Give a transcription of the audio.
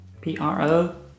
P-R-O